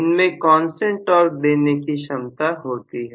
इनमें constant torque देने की क्षमता होती है